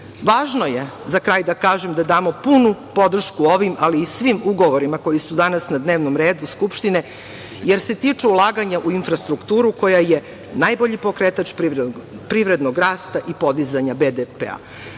je za kraj da kažem da damu punu podršku ovim, ali i svim ugovorima koji su danas na dnevnom redu Skupštine, jer se tiču ulaganja u infrastrukturu, koja je najbolji pokretač privrednog rasta i podizanja BDP-a.